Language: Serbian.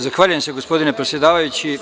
Zahvaljujem se gospodine predsedavajući.